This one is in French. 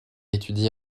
étudie